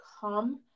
come